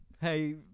hey